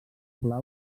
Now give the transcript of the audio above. pla